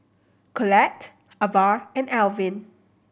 Collette Avah and Elvin